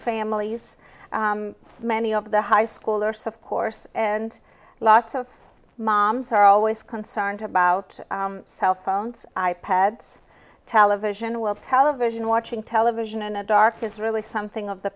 families many of the high school or so of course and lots of moms are always concerned about cell phones i pads television will television watching television in a dark is really something of the